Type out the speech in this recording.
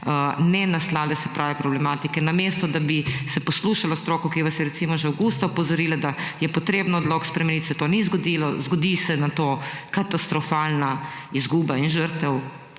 ne naslavlja se prave problematike. Namesto da bi se poslušalo stroko, ki vas je recimo že avgusta opozorila, da je potrebno odlok spremeniti, se to ni zgodilo. Zgodi se nato katastrofalna izguba in žrtev